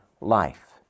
life